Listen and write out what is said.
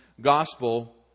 gospel